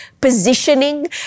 positioning